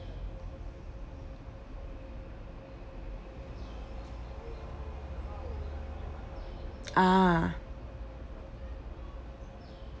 ah